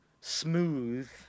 smooth